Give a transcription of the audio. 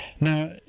Now